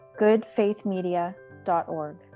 goodfaithmedia.org